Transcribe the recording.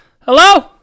Hello